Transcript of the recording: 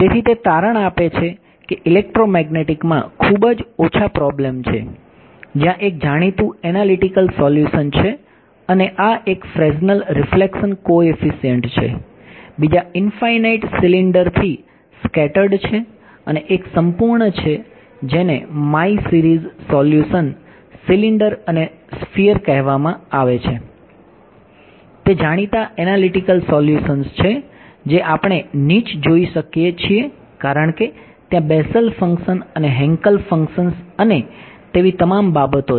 તેથી તે તારણ આપે છે કે ઇલેક્ટ્રોમેગ્નેટિક ફંક્શન્સ અને તેવી તમામ બાબતો છે